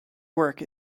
work